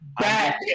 Back